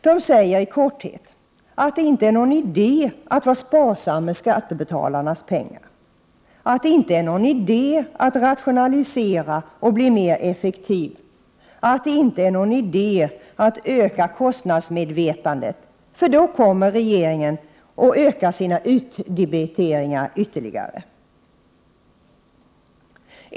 De säger i korthet att det inte är någon idé att vara sparsam med skattebetalarnas pengar, att det inte är någon idé att rationalisera och bli mer effektiv, att det inte är någon idé att öka kostnadsmedvetandet, för då kommer regeringen att öka sina utdebiteringar ytterligare.